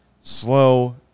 slow